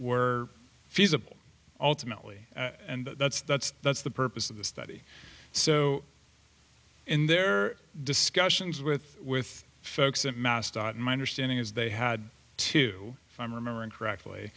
were feasible ultimately and that's that's that's the purpose of the study so in their discussions with with folks at mass dot my understanding is they had to i'm remembering correctly